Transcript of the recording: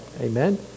Amen